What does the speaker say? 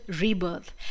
Rebirth